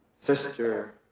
sister